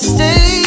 Stay